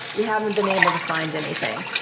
we haven't been able to find anything.